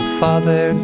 father